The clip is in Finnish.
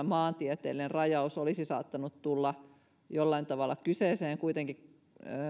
maantieteellinen rajaus olisi saattanut tulla jollain tavalla kyseeseen kuitenkin